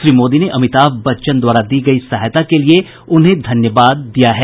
श्री मोदी ने अमिताभ बच्चन द्वारा दी गयी सहायता के लिये उन्हें धन्यवाद दिया है